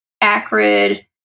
acrid